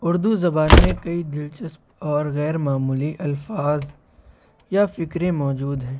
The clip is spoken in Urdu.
اردو زبان میں كئی دلچسپ اور غیر معمولی الفاظ یا فقرے موجود ہیں